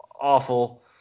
awful